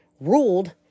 ruled